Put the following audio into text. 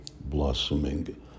blossoming